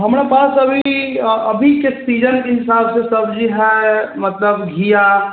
हमरा पास अभी अभीके सीजनके हिसाबसँ सब्जी हइ मतलब घिया